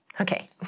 okay